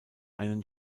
einen